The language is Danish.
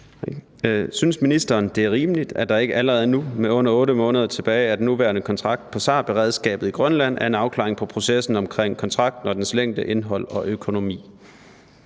Synes ministeren, det er rimeligt, at der ikke allerede nu med under 8 måneder tilbage af den nuværende kontrakt på SAR-beredskabet i Grønland er en afklaring på processen omkring kontrakten og dens længde, indhold og økonomi?